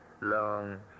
long